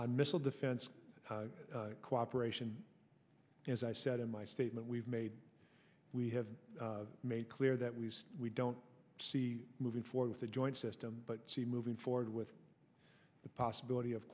missile defense cooperation as i said in my statement we've made we have made clear that we we don't see moving forward with a joint system but see moving forward with the possibility of